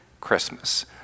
Christmas